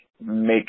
make